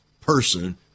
person